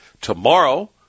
Tomorrow